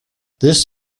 this